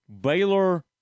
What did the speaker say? Baylor